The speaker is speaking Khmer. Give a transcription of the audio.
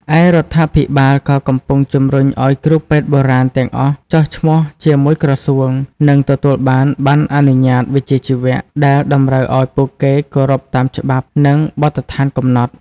ឯ រដ្ឋាភិបាលក៏កំពុងជំរុញឱ្យគ្រូពេទ្យបុរាណទាំងអស់ចុះឈ្មោះជាមួយក្រសួង និងទទួលបាន ប័ណ្ណអនុញ្ញាតវិជ្ជាជីវៈ ដែលតម្រូវឱ្យពួកគេគោរពតាមច្បាប់ និងបទដ្ឋានកំណត់។